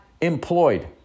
employed